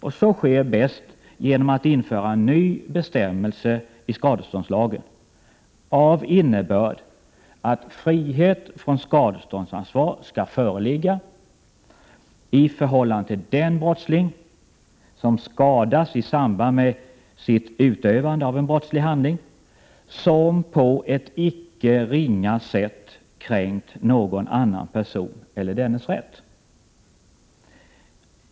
Det sker bäst genom att man inför en ny bestämmelse i skadeståndslagen av innebörden att frihet från skadeståndsansvar skall föreligga i förhållande till den brottsling som skadas i samband med sitt utövande av en brottslig handling som på ett icke ringa sätt kränkt någon annan person eller dennes rätt.